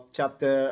Chapter